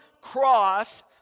cross